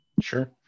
Sure